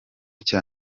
cya